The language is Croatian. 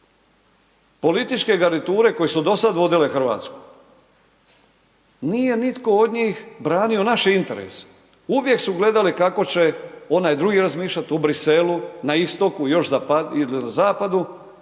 Političke garniture koje su dosad vodile Hrvatsku, nije nitko od njih branio naše interese, uvijek su gledali kako će onaj drugi razmišljati u Bruxellesu, na istoku, još zapadnije,